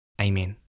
Amen